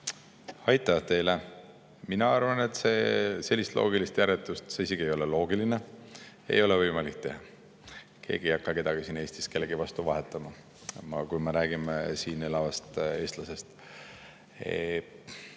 Aitäh teile! Mina arvan, et sellist loogilist järeldust – see isegi ei ole loogiline – ei ole võimalik teha. Keegi ei hakka kedagi siin Eestis kellegi vastu vahetama, kui me räägime siin elavast eestlasest.